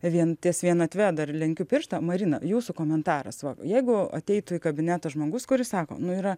vien ties vienatve dar lenkiu pirštą marina jūsų komentaras va jeigu ateitų į kabinetą žmogus kuris sako nu yra